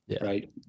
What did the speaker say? right